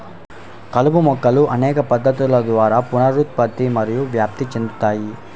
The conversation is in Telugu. కలుపు మొక్కలు అనేక పద్ధతుల ద్వారా పునరుత్పత్తి మరియు వ్యాప్తి చెందుతాయి